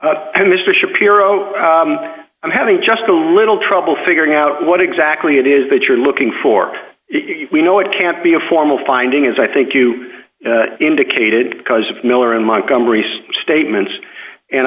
to mr shapiro i'm having just a little trouble figuring out what exactly it is that you're looking for if we know it can't be a formal finding as i think you've indicated because of miller and montgomery's statements and